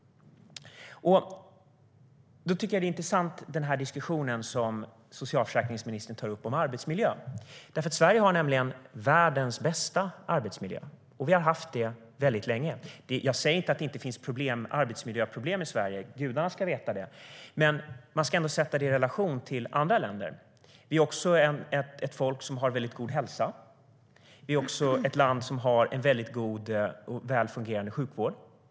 Det är intressant att socialförsäkringsministern tar upp arbetsmiljön. Sverige har nämligen världens bästa arbetsmiljö. Vi har haft det väldigt länge. Jag säger inte att det inte finns arbetsmiljöproblem i Sverige - gudarna ska veta att det gör det - men man ska ändå sätta det i relation till andra länder. Vi är också ett folk som har väldigt god hälsa. Vi är också ett land som har en god och välfungerande sjukvård.